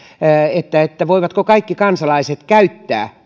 voivatko kaikki kansalaiset käyttää